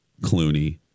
Clooney